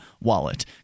wallet